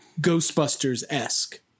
Ghostbusters-esque